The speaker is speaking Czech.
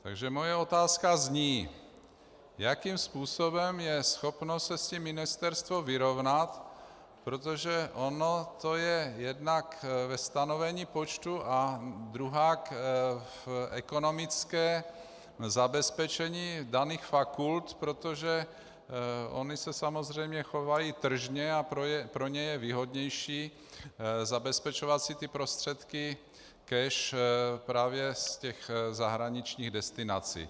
Takže moje otázka zní, jakým způsobem je schopno se s tím ministerstvo vyrovnat, protože ono to je jednak ve stanovení počtu a druhak v ekonomickém zabezpečení daných fakult, protože ony se samozřejmě chovají tržně a je pro ně výhodnější zabezpečovat si prostředky cash právě z těch zahraničních destinací.